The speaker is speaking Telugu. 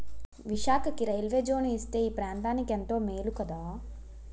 విశాఖకి రైల్వే జోను ఇస్తే ఈ ప్రాంతనికెంతో మేలు కదా